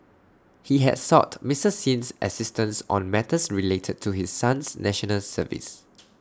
he had sought Mister Sin's assistance on matters related to his son's National Service